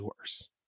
worse